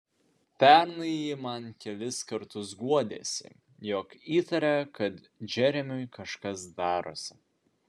pernai ji man kelis kartus guodėsi jog įtaria kad džeremiui kažkas darosi